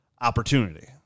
Opportunity